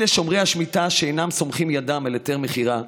שומרי השמיטה שאינם סומכים את ידם על היתר מכירה,